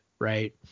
right